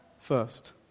first